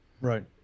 Right